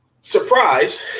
Surprise